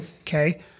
Okay